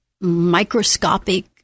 microscopic